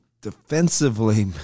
Defensively